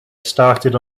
started